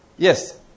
Yes